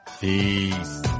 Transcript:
Peace